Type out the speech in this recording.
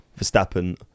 Verstappen